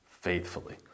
faithfully